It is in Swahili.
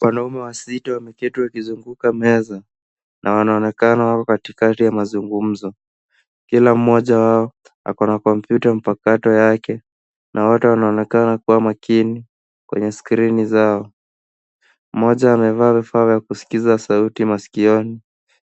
Wanaume wasita wameketi wakizunguka meza, na wanaonekana wako katikati ya mazungumzo kila mmoja wao ako na kompyuta mpakato yake, na wote wanaonekana kuwa makini kwenye skrini zao. Moja amevaa vifaa cha kusikiza sauti maskioni